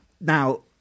Now